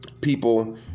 people